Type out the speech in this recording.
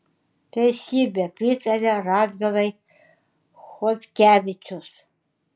teisybė pritaria radvilai chodkevičius